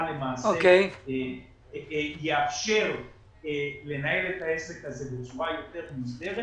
למעשה תאפשר לנהל את העסק הזה בצורה יותר מוסדרת